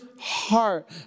heart